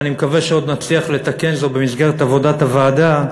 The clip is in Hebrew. ואני מקווה שעוד נצליח לתקן זאת במסגרת עבודת הוועדה,